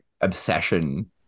obsession